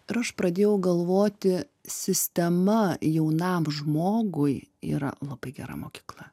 ir aš pradėjau galvoti sistema jaunam žmogui yra labai gera mokykla